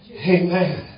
Amen